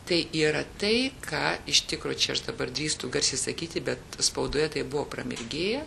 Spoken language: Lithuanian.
tai yra tai ką iš tikro čia aš dabar drįstu garsiai sakyti bet spaudoje tai buvo pramirgėję